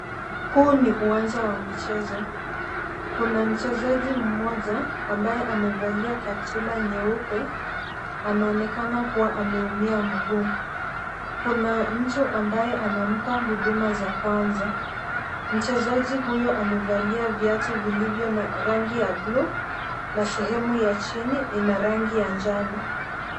Huu ni uwanja wa michezo. Kuna mchezaji mmoja ambaye amevalia kaptula nyeupe anaonekana kuwa ameumia mguu. Kuna mtu ambaye anampa huduma za kwanza. Mchezaji huyo amevalia viatu vilivyo na rangi ya buluu na sehemu ya chini ina rangi ya njano.